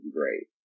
great